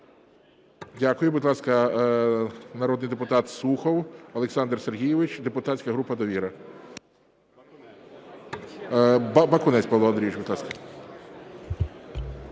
Дякую. Будь ласка, народний депутат Сухов Олександр Сергійович, депутатська група "Довіра". Бакунець Павло Андрійович, будь ласка.